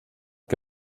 que